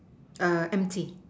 err empty